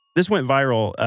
this went viral.